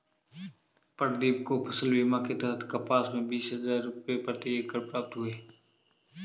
प्रदीप को फसल बीमा के तहत कपास में बीस हजार रुपये प्रति एकड़ प्राप्त हुए